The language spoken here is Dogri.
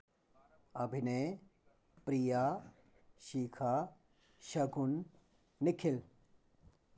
अभिनय प्रिया शिखा शगुन निखिल